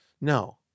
No